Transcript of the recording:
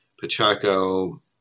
Pacheco